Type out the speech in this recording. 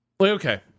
okay